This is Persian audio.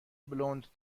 بلوند